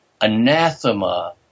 anathema